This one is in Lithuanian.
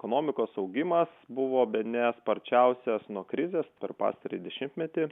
ekonomikos augimas buvo bene sparčiausias nuo krizės per pastarąjį dešimtmetį